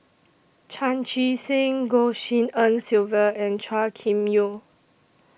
Chan Chee Seng Goh Tshin En Sylvia and Chua Kim Yeow